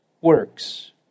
works